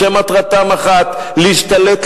שמטרתם אחת: להשתלט,